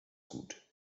gut